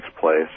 place